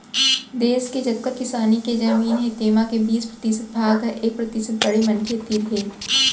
देस के जतका किसानी के जमीन हे तेमा के बीस परतिसत भाग ह एक परतिसत बड़े मनखे तीर हे